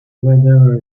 whoever